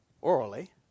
orally